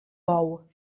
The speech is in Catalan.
bou